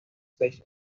seis